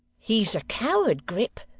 he's a coward, grip,